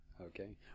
Okay